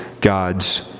God's